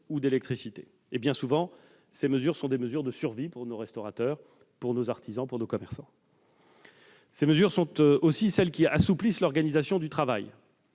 ou d'électricité. Bien souvent, ce sont des mesures de survie pour nos restaurateurs, nos artisans, nos commerçants. Ces mesures sont aussi destinées à assouplir l'organisation du travail,